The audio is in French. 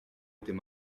était